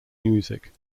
music